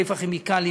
חיפה כימיקלים,